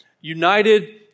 united